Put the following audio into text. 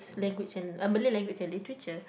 language and uh Malay language and literature